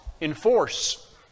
enforce